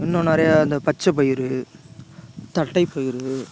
இன்னும் நிறையா இந்த பச்சைப்பயிறு தட்டைப்பயிறு